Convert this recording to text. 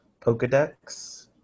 Pokedex